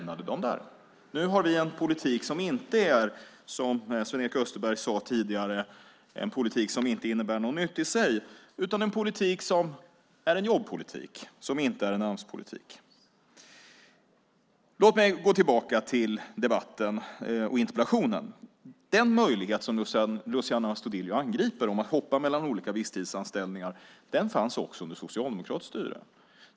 Nu har vi en politik som inte, som Sven-Erik Österberg sade tidigare, är en politik som inte innebär något nytt i sig. Det är en jobbpolitik, inte en Amspolitik. Låt mig gå tillbaka till debatten och interpellationen. Den möjlighet som Luciano Astudillo angriper att hoppa mellan olika visstidsanställningar fanns också under socialdemokratiskt styre.